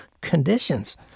conditions